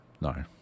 no